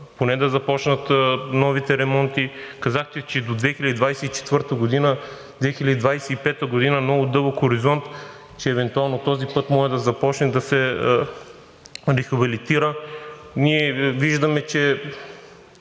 поне да започнат новите ремонти. Казахте, че до 2025 г. – много дълъг хоризонт, че евентуално този път може да започне да се рехабилитира. Ние виждаме, че